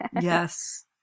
Yes